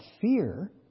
fear